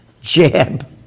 jab